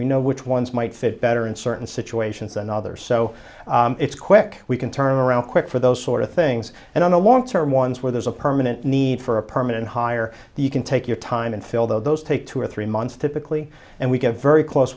we know which ones might fit better in certain situations and other so it's quick we can turn around quick for those sort of things and on the long term ones where there's a permanent need for a permanent hire you can take your time and fill those those take two or three months typically and we get very close